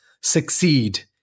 succeed